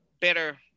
better